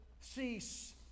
cease